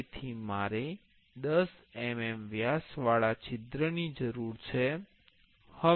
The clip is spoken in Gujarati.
તેથી મારે 10 mm વ્યાસવાળા છિદ્રની જરૂર છે